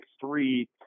three